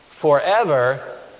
Forever